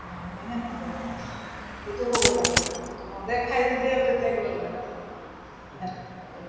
মানুহেহে মদক খায় সেইটো হ'ব লাগে মদে খাই যদি আৰু তেতিয়া গ'ল আৰু